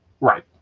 Right